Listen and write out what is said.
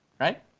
right